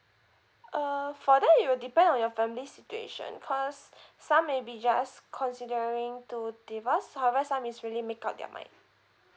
uh for that it will depend on your family situation cause some maybe just considering to divorce however some is already make up their mind